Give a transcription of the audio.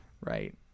Right